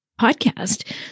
podcast